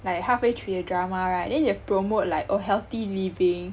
like halfway through the drama right then they will promote like oh healthy living